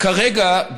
כרגע,